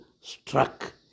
struck